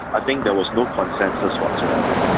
i think there was no consensus whatsoever.